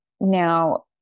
Now